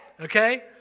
Okay